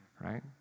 right